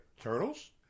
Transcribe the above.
Turtles